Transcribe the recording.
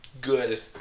good